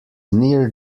near